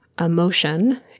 emotion